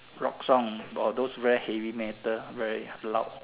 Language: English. rock song but those very heavy metal very loud